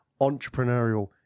entrepreneurial